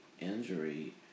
injury